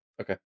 Okay